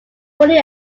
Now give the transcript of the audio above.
poorly